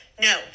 No